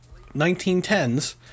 1910s